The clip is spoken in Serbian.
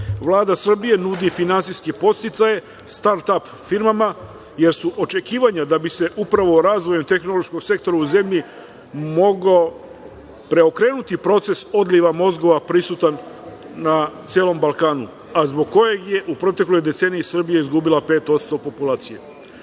Srbije nudi finansijske podsticaje „start ap“ firmama, jer su očekivanja da bi se upravo razvojem tehnološkog sektora u zemlji mogao preokrenuti proces odliva mozgova, prisutan na celom Balkanu, a zbog kojeg je u protekloj deceniji Srbija izgubila 5% populacije. Dakle,